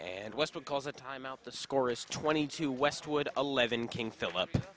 and westwood calls a timeout the score is twenty two westwood eleven king philip